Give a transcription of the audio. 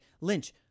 lynch